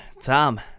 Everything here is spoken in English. Tom